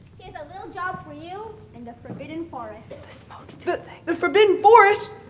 he has a little job for you in the forbidden forest. the so but forbidden forest?